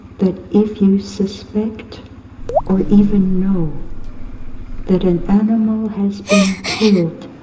that, if you suspect or even know that an animal has been killed